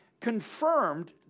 confirmed